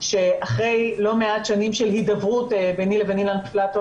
שאחרי לא מעט שנים של הידברות ביני לבין אילן פלטו,